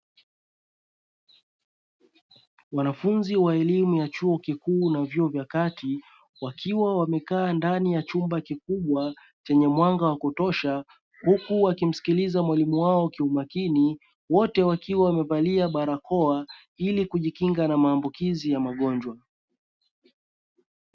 Wanafunzi wa elimu ya chuo kikuu na vyuo vya kati wakiwa wamekaa ndani ya chumba kikubwa chenye mwanga wa kutosha, huku wakimsikiliza mwalimu wao kiumakini; wote wakiwa wamevalia barakoa ili kujikinga na maambukizi ya magonjwa.